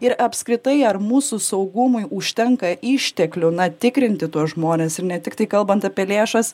ir apskritai ar mūsų saugumui užtenka išteklių na tikrinti tuos žmones ir ne tiktai kalbant apie lėšas